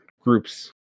groups